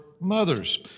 mothers